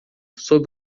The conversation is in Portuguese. sob